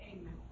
Amen